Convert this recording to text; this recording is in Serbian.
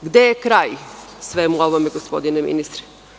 Gde je kraj svemu ovome, gospodine ministre?